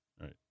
right